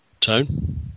Tone